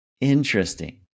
Interesting